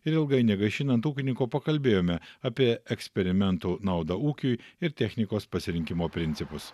ir ilgai negaišinant ūkininko pakalbėjome apie eksperimentų naudą ūkiui ir technikos pasirinkimo principus